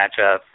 matchup